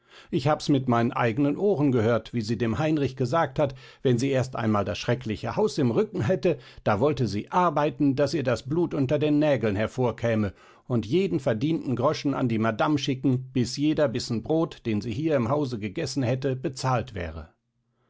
ich hab's mit meinen eigenen ohren gehört wie sie dem heinrich gesagt hat wenn sie erst einmal das schreckliche haus im rücken hätte da wollte sie arbeiten daß ihr das blut unter den nägeln hervorkäme und jeden verdienten groschen an die madame schicken bis jeder bissen brot den sie hier im hause gegessen hätte bezahlt wäre